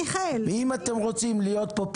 לא ביקשתי ממך --- אם אתם רוצים להיות פה פולמוסיים,